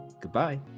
Goodbye